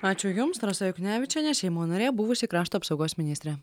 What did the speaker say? ačiū jums rasa juknevičienė seimo narė buvusi krašto apsaugos ministrė